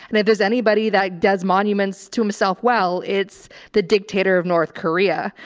and if there's anybody that does monuments to himself, well it's the dictator of north korea,